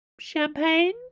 Champagne